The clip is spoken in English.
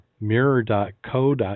mirror.co.uk